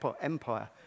empire